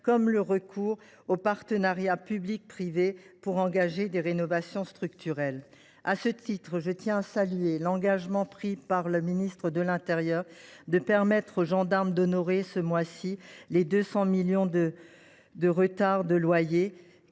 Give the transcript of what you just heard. comme le recours aux partenariats public privé, pour engager des rénovations structurelles. À ce titre, je tiens à saluer l’engagement pris par le ministère de l’intérieur de permettre à la gendarmerie d’honorer, dès ce mois ci, les 200 millions d’euros de loyers